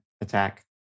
attack